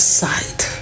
side